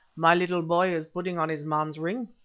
my little boy is putting on his man's ring,